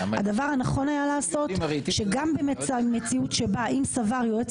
הדבר הנכון היה לעשות שגם במציאות שבה אם סבר יועץ